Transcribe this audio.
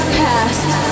past